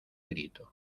grito